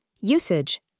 usage